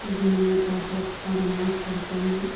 دن میں پانچ وقت کا نماز پڑھتے ہیں